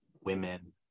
women